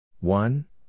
One